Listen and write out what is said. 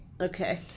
Okay